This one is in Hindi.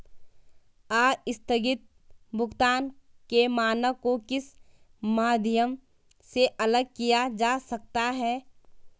आस्थगित भुगतान के मानक को किस माध्यम से अलग किया जा सकता है?